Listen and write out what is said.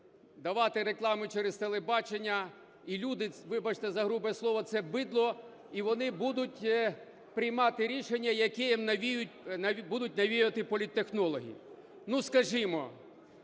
давати рекламу через телебачення, і люди, вибачте за грубе слово, - це бидло, і вони будуть приймати рішення, які їм навіюють, будуть навіювати політтехнологи. Ну, скажімо,